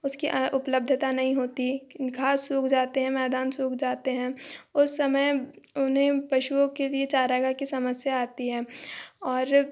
उसकी उपलब्धता नहीं होती घास सूख जाते हैं मैदान सूख जाते हैं उस समय उन्हें पशुओं के लिए चारागाह की समस्या आती है और